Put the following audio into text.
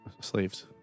slaves